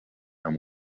and